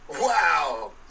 Wow